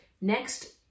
next